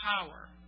power